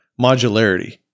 modularity